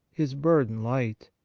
his burden light,